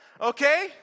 okay